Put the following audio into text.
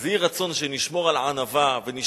אז יהי רצון שנשמור על ענווה, אמן, אמן.